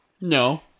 No